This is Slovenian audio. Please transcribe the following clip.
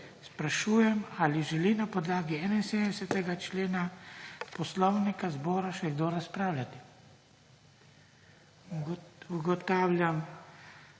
sprašujem, ali želi na podlagi 71. člena Poslovnika Državnega zbora še kdo razpravljati. Ugotavljam,